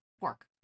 work